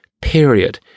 period